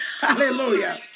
Hallelujah